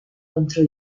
contro